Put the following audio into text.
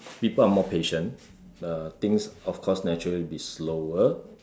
people are more patient uh things of course naturally will be slower